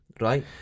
right